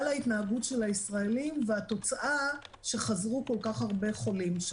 ההתנהגות של הישראלים והתוצאה שחזרו משם כל כך הרבה חולים.